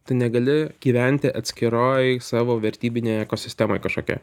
tu negali gyventi atskiroj savo vertybinėj ekosistemoj kažkokioj